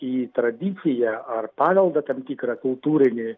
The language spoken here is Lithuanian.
į tradiciją ar paveldą tam tikrą kultūrinį